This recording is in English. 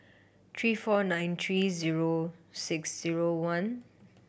three four nine three zero six zero one